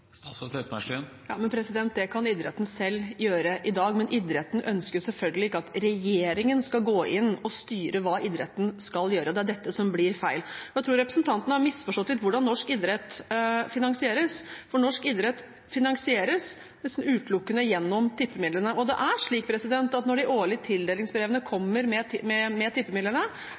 Ja, men det kan idretten selv gjøre i dag. Idretten ønsker selvfølgelig ikke at regjeringen skal gå inn og styre hva idretten skal gjøre. Det er dette som blir feil. Da tror jeg representanten har misforstått litt hvordan norsk idrett finansieres, for norsk idrett finansieres nesten utelukkende gjennom tippemidlene. Det er slik at når de årlige tildelingsbrevene kommer med